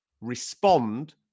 respond